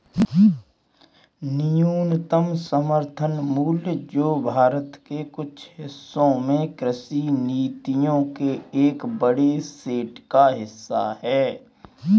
न्यूनतम समर्थन मूल्य जो भारत के कुछ हिस्सों में कृषि नीतियों के एक बड़े सेट का हिस्सा है